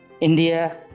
India